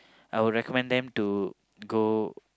I would recommend them to go